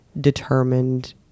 determined